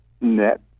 net